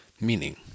meaning